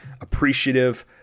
appreciative